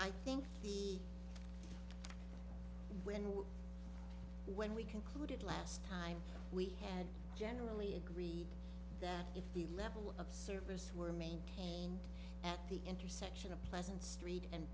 i think the when we when we concluded last time we had generally agreed that if the level of service were maintained at the intersection of pleasant street and